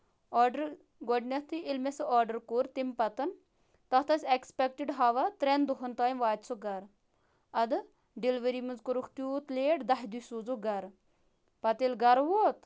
order گۄڈٕنیھٕے ییٚلہِ مےٚ سُہ آرڈر کوٚر تَمہِ پَتہٕ تَتھ ٲسۍ ایٚکٕسپیکٹِڈ ہاوان ترٛٮ۪ن دۄہَن تانۍ واتہِ سُہ گرٕ اَدٕ ڈیٚلِؤری منٛز کوٚرُکھ تیوٗت لیٹ دَہ دۄہ سوزُکھ گرٕ پَتہٕ ییٚلہِ گرٕ ووت